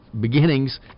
beginnings